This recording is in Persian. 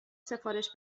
سفارش